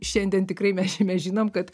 šiandien tikrai mes čia mes žinom kad